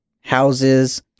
houses